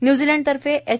न्युझीलंडतर्फे H